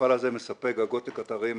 המפעל הזה מספק גגות לקטרים,